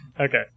Okay